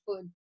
food